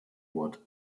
wort